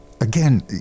again